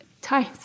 times